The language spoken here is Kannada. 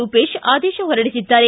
ರೂಪೇಶ್ ಆದೇಶ ಹೊರಡಿಸಿದ್ದಾರೆ